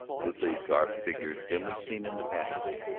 rudely garbed figure dimly seen in the patio.